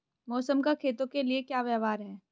मौसम का खेतों के लिये क्या व्यवहार है?